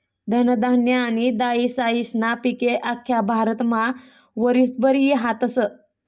धनधान्य आनी दायीसायीस्ना पिके आख्खा भारतमा वरीसभर ई हातस